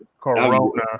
Corona